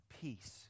peace